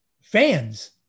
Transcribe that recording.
Fans